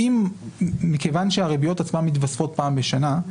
מכיוון שהריביות עצמן מתווספות פעם בשנה,